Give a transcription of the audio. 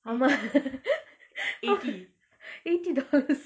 how much eighty dollars